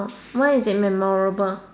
why is it memorable